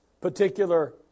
particular